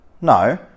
No